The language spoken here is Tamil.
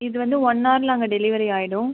இது வந்து ஒன் அவரில் அங்கே டெலிவரி ஆகிடும்